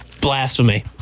Blasphemy